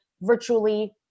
virtually